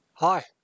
Hi